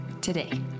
today